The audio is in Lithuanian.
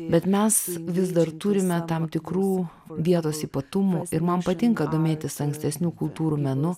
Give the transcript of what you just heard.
bet mes vis dar turime tam tikrų vietos ypatumų ir man patinka domėtis ankstesnių kultūrų menu